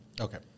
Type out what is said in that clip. Okay